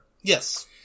Yes